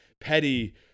Petty